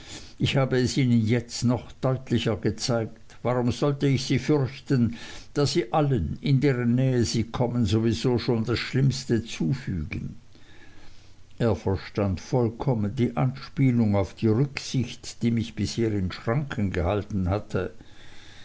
ich habe es ihnen jetzt noch deutlicher gezeigt warum sollte ich sie fürchten da sie allen in deren nähe sie kommen sowieso schon das schlimmste zufügen er verstand vollkommen die anspielung auf die rücksicht die mich bisher in schranken gehalten hatte